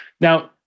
Now